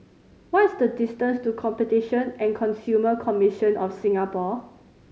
what is the distance to Competition and Consumer Commission of Singapore